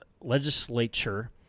legislature